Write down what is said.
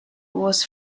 was